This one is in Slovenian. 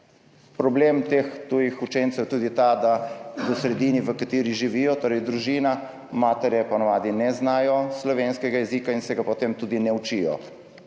problem teh tujih učencev je tudi ta, da v sredini, v kateri živijo, družina, matere po navadi ne znajo slovenskega jezika in se ga potem tudi ne učijo.